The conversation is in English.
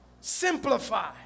Simplify